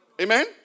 Amen